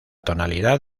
tonalidad